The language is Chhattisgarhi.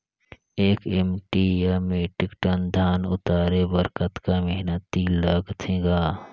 एक एम.टी या मीट्रिक टन धन उतारे बर कतका मेहनती लगथे ग?